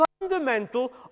fundamental